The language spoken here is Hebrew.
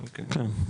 כן.